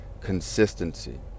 consistency